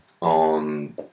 on